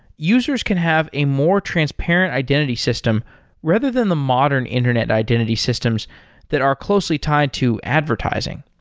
users can have a more transparent identity system rather than the modern internet identity systems that are closely tied to advertising.